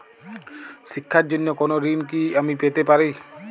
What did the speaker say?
শিক্ষার জন্য কোনো ঋণ কি আমি পেতে পারি?